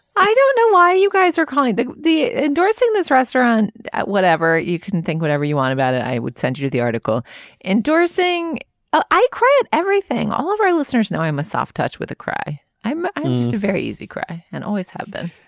i don't know why you guys are calling the the endorsing this restaurant at whatever you can think whatever you want about it. i would send you you the article endorsing ah i create everything all of our listeners know i am a soft touch with a cry i'm i'm just a very easy cry and always have been